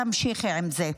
תמשיכי עם זה,